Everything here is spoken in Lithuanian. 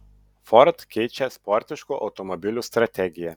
ford keičia sportiškų automobilių strategiją